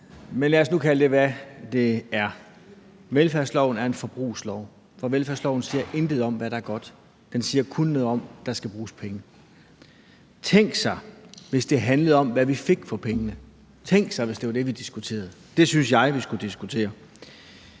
Men lad os nu kalde det, hvad det er: Velfærdsloven er en forbrugslov. For velfærdsloven siger intet om, hvad der er godt. Den siger kun noget om, at der skal bruges penge. Tænk, hvis det handlede om, hvad vi fik for pengene, tænk, hvis det var det, vi diskuterede. Det synes jeg vi skulle diskutere.